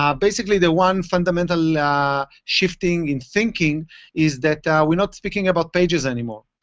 um basically the one fundamental ah shifting in thinking is that we're not speaking about pages anymore.